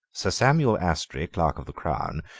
sir samuel astry, clerk of the crown,